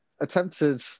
attempted